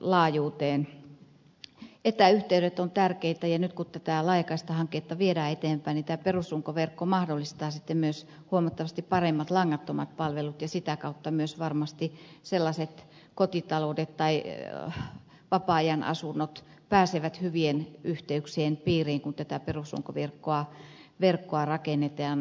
etäyhteydet ovat tärkeitä ja nyt kun tätä laajakaistahanketta viedään eteenpäin niin tämä perusrunkoverkko mahdollistaa sitten myös huomattavasti paremmat langattomat palvelut ja sitä kautta myös varmasti kotitaloudet tai vapaa ajanasunnot pääsevät hyvien yhteyksien piiriin kun tätä perusrunkoverkkoa rakennetaan